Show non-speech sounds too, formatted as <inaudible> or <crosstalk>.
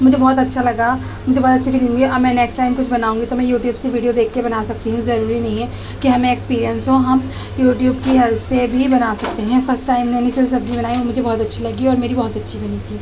مجھے بہت اچھا لگا مجھے بہت اچھی <unintelligible> اب میں نیکسٹ ٹائم کچھ بناؤں گی تو میں یوٹیوب سے ویڈیو دیکھ کے بنا سکتی ہوں ضروری نہیں ہے کہ ہمیں اسپیرینس ہو ہم یوٹیوب کی ہیلپ سے بھی بنا سکتے ہیں فسٹ ٹائم میں نے جو سبزی بنایا مجھے بہت اچھی لگی اور میری بہت اچھی بنی تھی